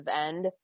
end